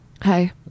Hi